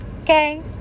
okay